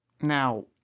Now